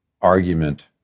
argument